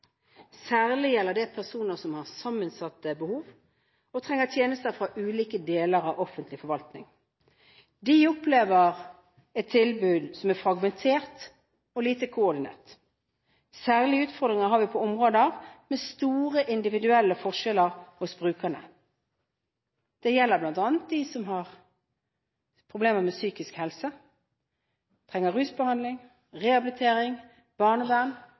Særlig gjelder det personer som har sammensatte behov og trenger tjenester fra ulike deler av offentlig forvaltning. De opplever et tilbud som er fragmentert og lite koordinert. Særlige utfordringer har vi på områder med store individuelle forskjeller hos brukerne. Det gjelder bl.a. dem som har problemer med psykisk helse, dem som trenger rusbehandling, rehabilitering, barnevern